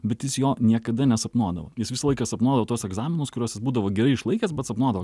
bet jis jo niekada nesapnuodavo jis visą laiką sapnuodavo tuos egzaminus kuriuos jis būdavo gerai išlaikęs bet sapnuodavo